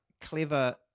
clever